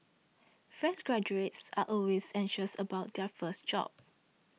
fresh graduates are always anxious about their first job